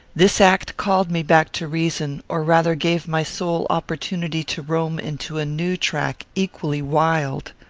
this act called me back to reason, or rather gave my soul opportunity to roam into a new track equally wild.